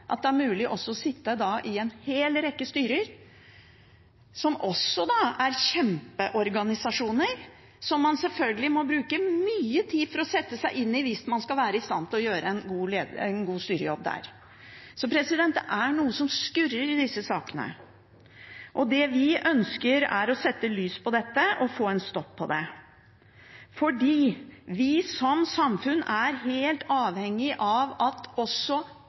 at det er mulig også å sitte i en hel rekke styrer, som også er kjempeorganisasjoner som man selvfølgelig må bruke mye tid på å sette seg inn i hvis man skal være i stand til å gjøre en god styrejobb der. Det er noe som skurrer i disse sakene. Det vi ønsker, er å sette lys på dette og få en stopp på det. Det er fordi vi som samfunn er helt avhengig av at også